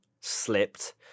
slipped